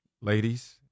ladies